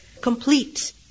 complete